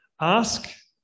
Ask